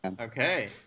Okay